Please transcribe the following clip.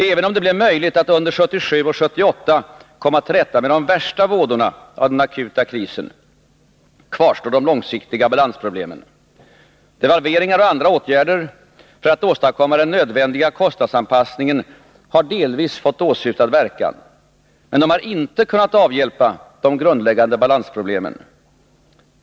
Även om det blev möjligt att under 1977 och 1978 komma till rätta med de värsta vådorna av den akuta krisen, kvarstår de långsiktiga balansproblemen. Devalveringar och andra åtgärder för att åstadkomma den nödvändiga kostnadsanpassningen har delvis fått åsyftad verkan, men de har inte kunnat avhjälpa de grundläggande balansproblemen.